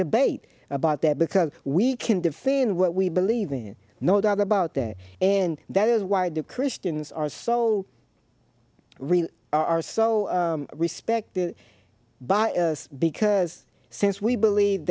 debate about that because we can defend what we believe in no doubt about that and that is why do christians are so really are so respected by us because since we believe